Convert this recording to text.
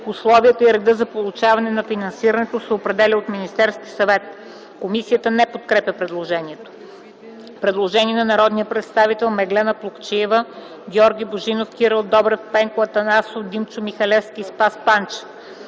Условията и редът за получаване на финансирането се определя от Министерския съвет.” Комисията не подкрепя предложението. Предложение на народните представители Меглена Плугчиева, Георги Божинов, Кирил Добрев, Пенко Атанасов, Димчо Михалевски и Спас Панчев: